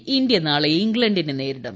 ല ഇന്ത്യ നാളെ ഇംഗ്ല ിനെ നേരിടും